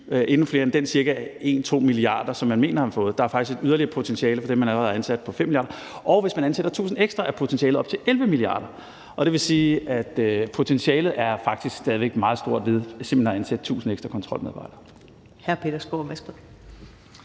endnu flere end de ca. 1-2 mia. kr., man mener at have fået. Der er faktisk et yderligere potentiale for dem, man allerede har ansat, på 5 mia. kr., og hvis man ansætter 1.000 ekstra, er potentialet op til 11 mia. kr. Det vil sige, at potentialet faktisk er meget stort ved simpelt hen at ansætte 1.000 ekstra kontrolmedarbejdere.